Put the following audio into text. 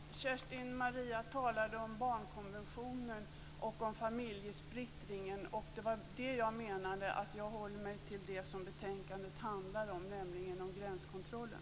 Herr talman! Kerstin-Maria Stalin talade om barnkonventionen och om familjesplittring. Jag håller mig till vad betänkandet handlar om, nämligen gränskontrollen.